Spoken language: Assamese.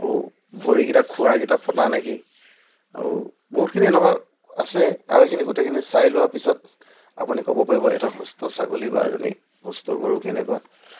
আৰু ভৰিকেইটা খোৰাকেইটা ফটা নেকি আৰু বহুতখিনি এনেকুৱা আছে আৰু এইখিনি গোটেইখিনি চাই লোৱা পিছত আপুনি ক'ব পাৰিব এটা সুস্থ ছাগলী বা এজনী সুস্থ গৰু কেনেকুৱা